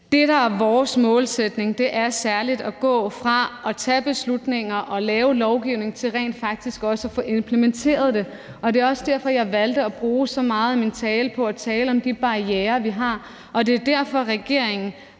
Det, der er vores målsætning, er særlig at gå fra at tage beslutninger og lave lovgivning til rent faktisk også at få implementeret det, og det er også derfor, at jeg valgte at bruge så meget af min taletid på at tale om de barrierer, vi har, og det er derfor, at regeringen